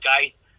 guys